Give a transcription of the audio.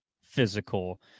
physical